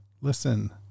Listen